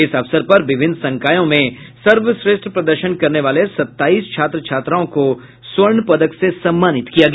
इस अवसर पर विभिन्न संकायों में सर्वश्रेष्ठ प्रदर्शन करने वाले सताईस छात्र छात्राओं को स्वर्ण पदक से सम्मानित किया गया